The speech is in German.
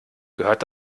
gehört